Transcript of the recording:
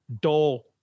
Dull